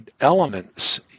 elements